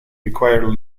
require